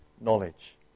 knowledge